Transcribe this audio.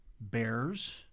Bears